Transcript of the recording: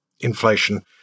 inflation